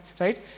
right